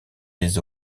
des